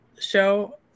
show